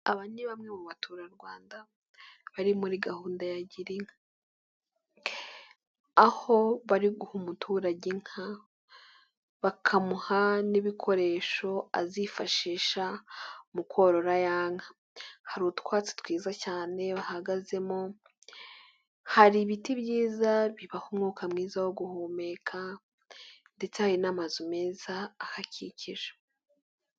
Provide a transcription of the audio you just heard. Aba ni bamwe mu baturarwanda, bari muri gahunda ya Girinka. Aho bari guha umuturage inka bakamuha n'ibikoresho azifashisha mu korora yanka. Hari utwatsi twiza cyane bahagazemo, hari ibiti byiza bibaha umwuka mwiza wo guhumeka ndetse hari n'amazu meza ahakikije.